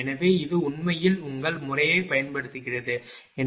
எனவே இது உண்மையில் உங்கள் முறையைப் பயன்படுத்துகிறது 1